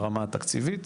ברמה התקציבית